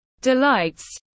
delights